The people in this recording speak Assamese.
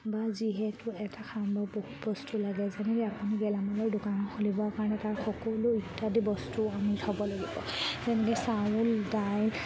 বা যিহেতু এটা সামগ্ৰিক বস্তু লাগে যেনেকৈ আপুনি গেলামালৰ দোকান খুলিবৰ কাৰণে তাৰ সকলো ইত্যাদি বস্তু আমি থ'ব লাগিব যেনেকৈ চাউল দাইল